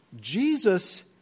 Jesus